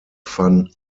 van